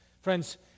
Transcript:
Friends